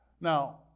Now